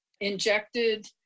injected